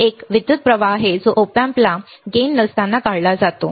तर एक विद्युत प्रवाह आहे जो Op amp ला भार नसताना काढला जातो